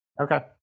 Okay